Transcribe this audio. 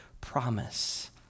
promise